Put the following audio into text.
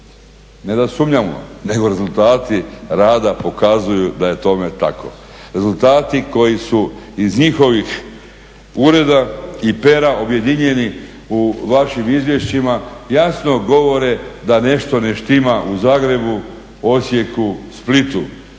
ne da sumnjamo, nego rezultati rada pokazuju da je tome tako. Rezultati koji su iz njihovih ureda i pera objedinjeni u vašim izvješćima jasno govore da nešto ne štima u Zagrebu, Osijeku, Splitu,